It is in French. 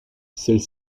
celle